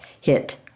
hit